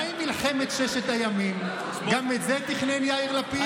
מה עם מלחמת ששת הימים, גם את זה תכנן יאיר לפיד?